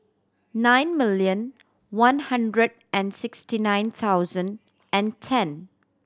nine million one hundred and sixty nine thousand and ten